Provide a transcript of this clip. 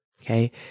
Okay